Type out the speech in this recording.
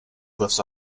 glyphs